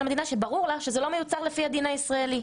המדינה שברור לה שזה לא מיוצר לפי הדין הישראלי.